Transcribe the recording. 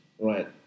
right